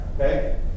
Okay